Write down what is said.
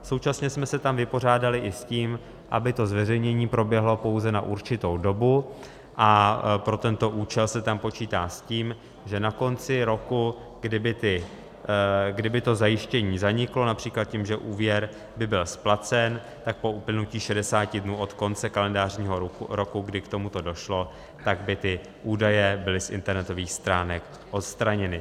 Současně jsme se tam vypořádali i s tím, aby to zveřejnění proběhlo pouze na určitou dobu, a pro tento účel se tam počítá s tím, že na konci roku, kdy by to zajištění zaniklo, například tím, že úvěr by byl splacen, tak po uplynutí 60 dnů od konce kalendářního roku, kdy k tomuto došlo, tak by ty údaje byly z internetových stránek odstraněny.